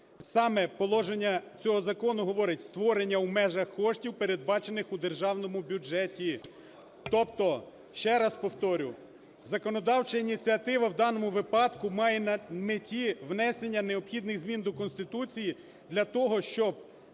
Саме положення цього закону говорить – створення в межах коштів, передбачених у державному бюджеті. Тобто, ще раз повторю, законодавча ініціатива в даному випадку має на меті внесення необхідних змін до Конституції для того, щоб